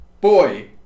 boy